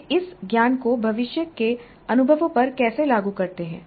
वे इस ज्ञान को भविष्य के अनुभवों पर कैसे लागू करते हैं